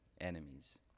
enemies